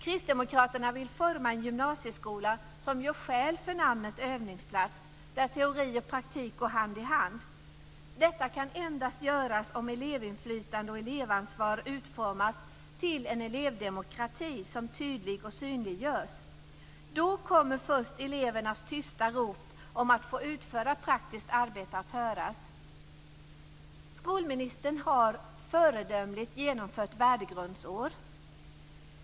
Kristdemokraterna vill forma en gymnasieskola som gör skäl för namnet övningsplats, där teori och praktik går hand i hand. Detta kan göras endast om elevinflytande och elevansvar utformas till en elevdemokrati som tydlig och synliggörs. Först då kommer elevernas tysta rop om att få utföra praktiskt arbete att höras. Skolministern har föredömligt genomfört ett värdegrundsår.